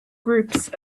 groups